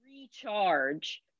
recharge